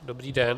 Dobrý den.